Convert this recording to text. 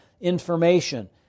information